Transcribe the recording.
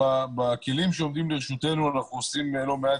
בכלים שעומדים לרשותנו אנחנו עושים לא מעט,